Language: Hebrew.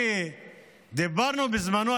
כשדיברנו בזמנו,